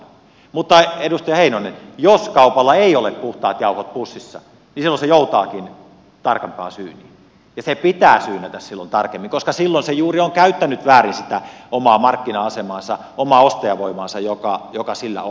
mutta edustaja heinonen jos kaupalla ei ole puhtaat jauhot pussissa niin silloin se joutaakin tarkempaan syyniin ja se pitää syynätä silloin tarkemmin koska silloin se juuri on käyttänyt väärin sitä omaa markkina asemaansa omaa ostajavoimaansa joka sillä on